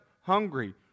hungry